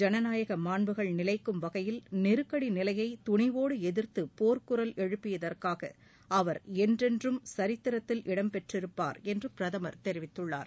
ஜனநாயக மாண்புகள் நிலைக்கும் வகையில் நெருக்கடி நிலையை துணிவோடு எதிர்த்து போர்க்குரல் எழுப்பியதற்காக அவர் என்றென்றும் சித்திரத்தில் இடம்பெற்றிருப்பார் என்று பிரதமர் தெரிவித்துள்ளார்